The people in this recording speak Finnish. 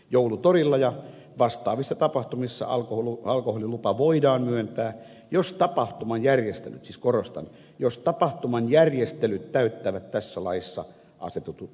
joulutorilla ja vastaavissa tapahtumissa alkoholilupa voidaan myöntää jos tapahtuman järjestelyt siis korostan jos tapahtuman järjestelyt täyttävät tässä laissa asetetut vaatimukset